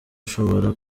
ushobora